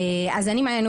אז תודה,